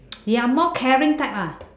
they are more caring type ah